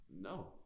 No